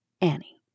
Annie